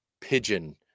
pigeon